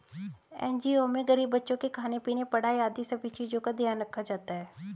NGO में गरीब बच्चों के खाने पीने, पढ़ाई आदि सभी चीजों का ध्यान रखा जाता है